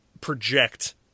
project